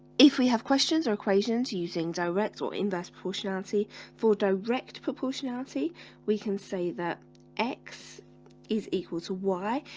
if we have questions or equations using direct or inverse proportionality for direct proportionality we can say that x is equal to y,